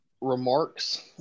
remarks